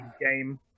game